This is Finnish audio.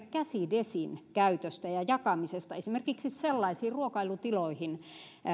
käsidesin käytöstä ja jakamisesta esimerkiksi sellaisiin ruokailutiloihin